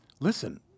listen